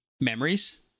memories